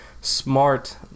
smart